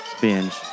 Binge